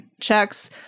checks